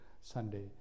Sunday